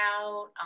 out